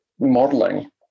modeling